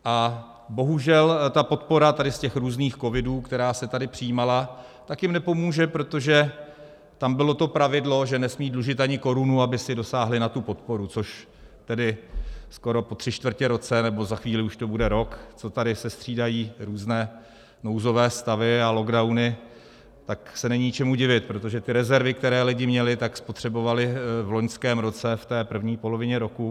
A bohužel podpora z těch různých Covidů, která se tady přijímala, jim nepomůže, protože tam bylo pravidlo, že nesmějí dlužit ani korunu, aby si dosáhli na tu podporu, což tedy skoro po tři čtvrtě roce, nebo za chvíli už to bude rok, co se tady střídají různé nouzové stavy a lockdowny, tak se není čemu divit, protože ty rezervy, které lidi měli, spotřebovali v loňském roce v první polovině roku.